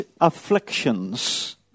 afflictions